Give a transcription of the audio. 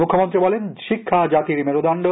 মুখ্যমন্ত্রী বলেন শিক্ষা জাতির মেরুদন্ড